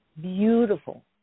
beautiful